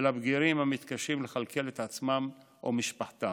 ולבגירים המתקשים לכלכל את עצמם או משפחתם.